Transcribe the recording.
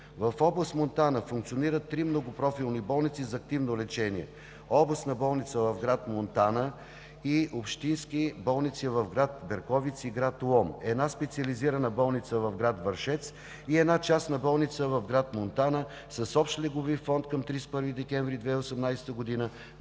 В област Монтана функционират три многопрофилни болници за активно лечение: областна болница в град Монтана и общински болници в град Берковица и град Лом; една специализирана болница в град Вършец; една частна болница в град Монтана с общ леглови фонд към 31 декември 2018 г.